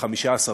ל-15 במאי.